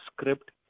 script